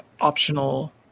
optional